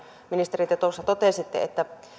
ministeri te tuossa totesitte että